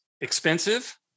expensive